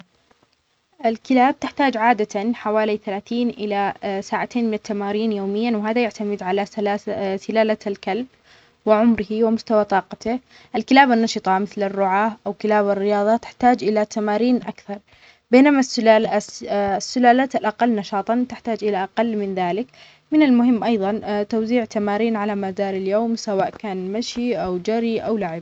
الكلاب تحتاج عادةً حوالي ثلاثين إلى ساعتين من التمارين يومياً وهذا يعتمد على سلاسه- سلالة الكلب وعمره ومستوى طاقته. الكلاب النشطة مثل الرعاة أو كلاب الرياضة تحتاج إلى تمارين أكثر بينما السلا-الس-السلالات الأقل نشاطاً تحتاج إلى أقل من ذلك. من المهم أيضاً توزيع تمارين على مدار اليوم سواء كان مشي أو جري أو لعب.